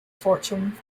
fortune